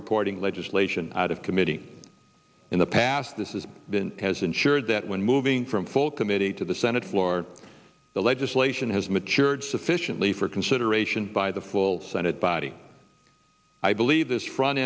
reporting legislation out of committee in the past this is that has ensured that when moving from full committee to the senate floor the legislation has matured sufficiently for consideration by the full senate body i believe this front